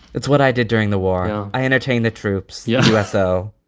it's what i did during the war. i entertain the troops. yeah so